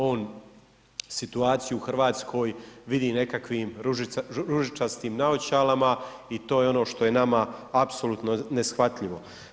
On situaciju u Hrvatskoj vidi nekakvim ružičastim naočalama i to je ono što je nama apsolutno neshvatljivo.